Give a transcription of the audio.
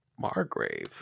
Margrave